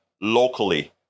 locally